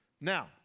Now